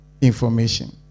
information